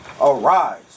Arise